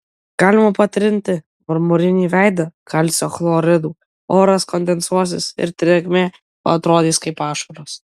galima patrinti marmurinį veidą kalcio chloridu oras kondensuosis ir drėgmė atrodys kaip ašaros